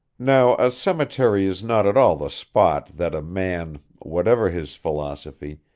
now a cemetery is not at all the spot that a man, whatever his philosophy,